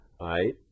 right